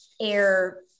air